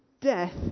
Death